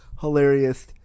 hilarious